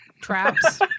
traps